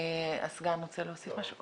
הסגן רוצה להוסיף משהו?